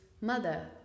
mother